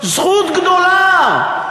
זכות גדולה.